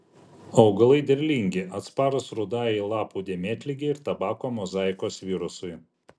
augalai derlingi atsparūs rudajai lapų dėmėtligei ir tabako mozaikos virusui